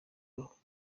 gahunda